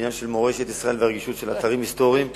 בעניין של מורשת ישראל והרגישות לאתרים היסטוריים,